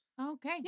Okay